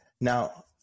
now